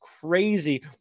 crazy